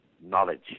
knowledge